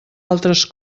altres